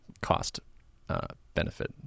cost-benefit